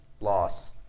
loss